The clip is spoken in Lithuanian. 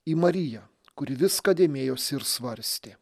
į mariją kuri viską dėmėjosi ir svarstė